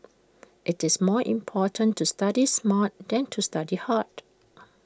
IT is more important to study smart than to study hard